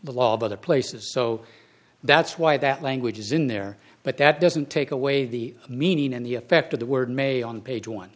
the law of other places so that's why that language is in there but that doesn't take away the meaning and the effect of the word may on page one